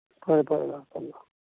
ꯐꯔꯦ ꯐꯔꯦ ꯊꯝꯕꯤꯔꯣ